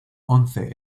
once